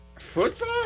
Football